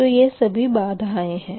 तो यह सभी बाधाएँ है